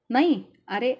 नाही अरे